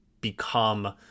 become